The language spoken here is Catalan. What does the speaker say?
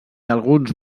alguns